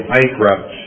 bankrupt